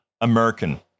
American